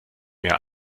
mehr